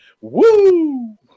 Woo